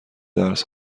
درس